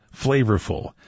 flavorful